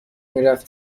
میرفت